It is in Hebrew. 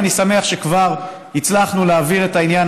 אני שמח שכבר הצלחנו להעביר את העניין